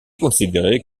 considéré